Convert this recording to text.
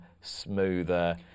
smoother